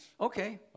Okay